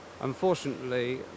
Unfortunately